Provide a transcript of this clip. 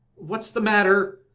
what is the matter,